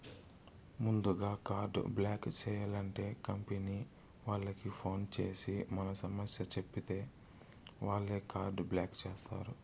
ముందుగా card block చేయాలంటే company వాళ్లకి ఫోన్ చేసి మన సమస్య చెప్పితే వాళ్లే కార్డు బ్లాక్ చేస్తారు